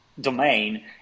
domain